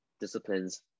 Disciplines